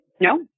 No